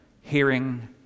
Hearing